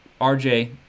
RJ